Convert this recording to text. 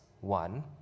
one